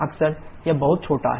अक्सर यह बहुत छोटा है